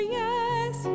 yes